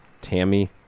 Tammy